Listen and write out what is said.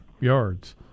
yards